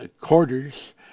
quarters